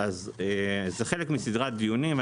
זה חלק מסדרת דיונים.